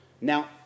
Now